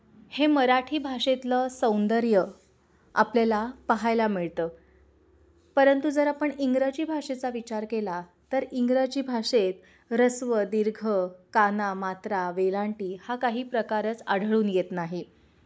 हे मराठी भाषेतलं सौंदर्य आपल्याला पाहायला मिळतं परंतु जर आपण इंग्रजी भाषेचा विचार केला तर इंग्रजी भाषेत ऱ्हस्व दीर्घ काना मात्रा वेलांटी हा काही प्रकारच आढळून येत नाही